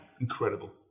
Incredible